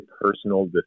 personal